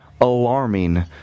Alarming